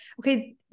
okay